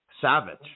Savage